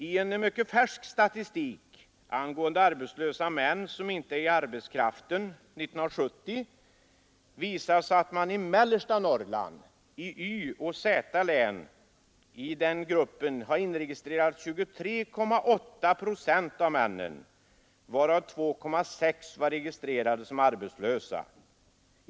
I en mycket färsk statistik angående arbetslösa män som inte är i arbetskraften 1970 visas att man i mellersta Norrland, i Y och Z län, i den gruppen har inregistrerat 23,8 procent av männen, varav 2,6 procent var registrerade som arbetslösa.